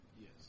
Yes